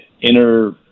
inner